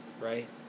right